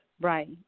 right